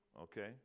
Okay